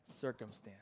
circumstance